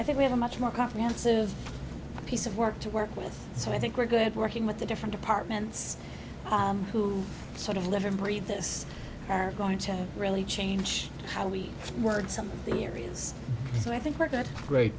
i think we have a much more comprehensive piece of work to work with so i think we're good working with the different departments who sort of live and breathe this are going to really change how we work some of the areas